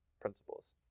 principles